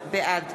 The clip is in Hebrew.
בעד